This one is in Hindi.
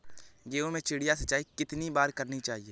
गेहूँ में चिड़िया सिंचाई कितनी बार करनी चाहिए?